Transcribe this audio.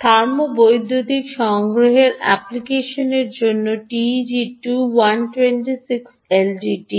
thermo বৈদ্যুতিক সংগ্রহের অ্যাপ্লিকেশনগুলির জন্য TEG2 126LDT